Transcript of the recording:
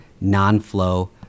non-flow